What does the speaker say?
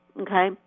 okay